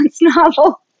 novel